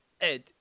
Ed